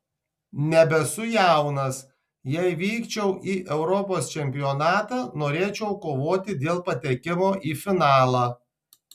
nebesu jaunas jei vykčiau į europos čempionatą norėčiau kovoti dėl patekimo į finalą